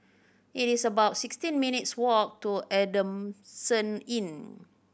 it is about sixteen minutes' walk to Adamson Inn